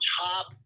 top